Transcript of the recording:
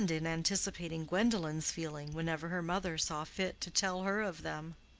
and in anticipating gwendolen's feeling whenever her mother saw fit to tell her of them.